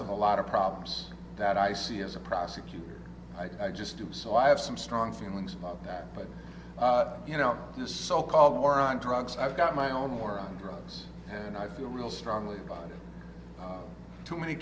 of a lot of problems that i see as a prosecutor i just do so i have some strong feelings about that but you know this so called war on drugs i've got my own war on drugs and i feel real strongly about too many